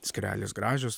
skralės gražios